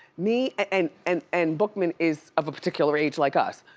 me and and and bookman, is of a particular age like us,